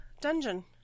dungeon